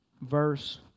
verse